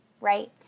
right